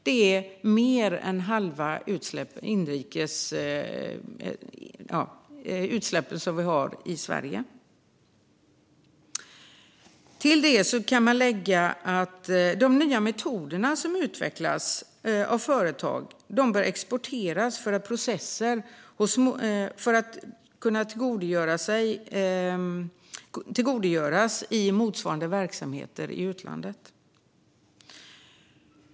Det är mer än hälften av de utsläpp vi har i Sverige. Till det kan man lägga att de nya metoder som utvecklas av företag bör exporteras för att man ska kunna tillgodogöra sig dem i motsvarande verksamheter i utlandet.